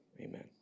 amen